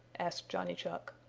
asked johnny chuck.